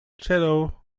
cello